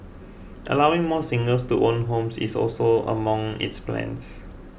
allowing more singles to own homes is also among its plans